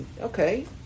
okay